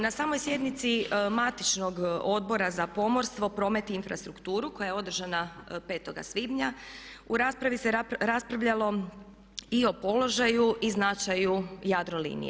Na samoj sjednici matičnog Odbora za pomorstvo, promet i infrastrukturu koja je održana 5.svibnja u raspravi se raspravljalo i o položaju i o značaju Jadrolinije.